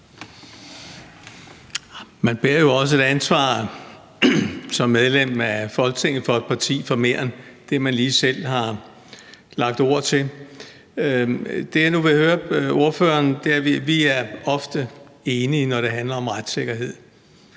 Man bærer jo også et ansvar som medlem af Folketinget for et parti for mere end det, man lige selv har lagt ord til. Det, jeg vil høre ordføreren om, er noget andet. Vi er ofte enige, når det handler om retssikkerhed.